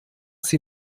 sie